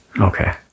Okay